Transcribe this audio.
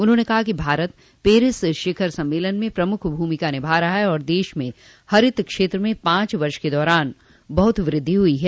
उन्होंने कहा कि भारत पेरिस शिखर सम्मेलन में प्रमुख भूमिका निभा रहा है और देश में हरित क्षेत्र में पांच वर्ष के दौरान बहुत वृद्धि हुई है